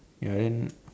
ya then